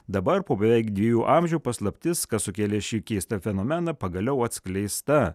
dabar po beveik dviejų amžių paslaptis kas sukėlė šį keistą fenomeną pagaliau atskleista